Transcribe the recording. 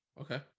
okay